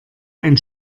ein